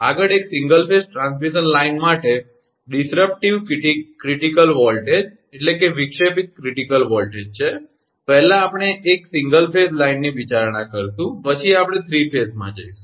આગળ એક single phase transmission line માટે વિક્ષેપિત ક્રિટિકલ વોલ્ટેજ છે પહેલા આપણે એક ફેઝની વિચારણા કરીશું પછી આપણે 3 ફેઝમાં જઈશું